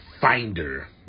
finder